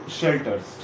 shelters